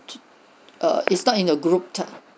err it's not in the group